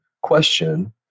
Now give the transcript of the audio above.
question